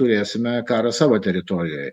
turėsime karą savo teritorijoj